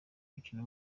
mukino